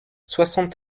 soixante